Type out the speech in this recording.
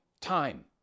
time